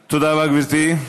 תודה, גברתי.